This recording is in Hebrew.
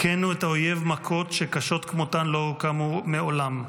הכינו את האויב מכות שקשות כמותן לא קמו מעולם.